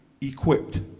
equipped